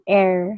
air